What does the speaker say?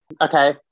Okay